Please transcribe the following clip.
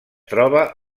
troba